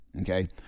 okay